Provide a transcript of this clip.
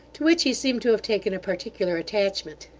to which he seemed to have taken a particular attachment.